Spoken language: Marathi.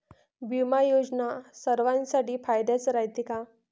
बिमा योजना सर्वाईसाठी फायद्याचं रायते का?